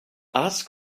ask